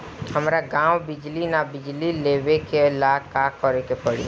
हमरा गॉव बिजली न बा बिजली लाबे ला का करे के पड़ी?